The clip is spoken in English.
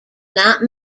not